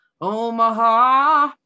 Omaha